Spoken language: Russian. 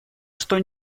что